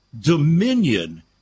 dominion